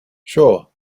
sure